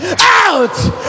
Out